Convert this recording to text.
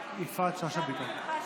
ובאה גם לבקר אותו בבית?